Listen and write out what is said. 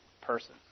person